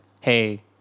hey